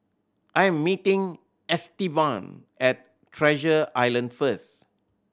I am meeting Estevan at Treasure Island first